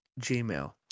Gmail